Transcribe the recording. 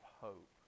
hope